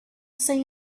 say